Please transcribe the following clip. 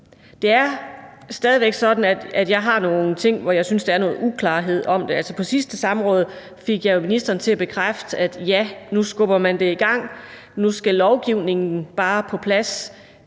Det er stadig væk sådan, at der er nogle ting, hvor jeg synes, der er noget uklarhed. Altså, på sidste samråd fik jeg jo ministeren til at bekræfte, at man nu skubber det i gang, og at lovgivningen nu bare skal på plads;